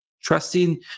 trusting